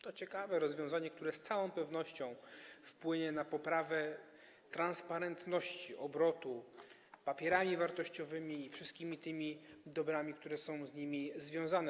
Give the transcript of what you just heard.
To ciekawe rozwiązanie, które z całą pewnością wpłynie na poprawę transparentności obrotu papierami wartościowymi i wszystkimi tymi dobrami, które są z nimi związane.